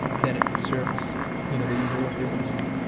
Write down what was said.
then it serves you know the user what they want to see.